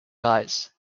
guys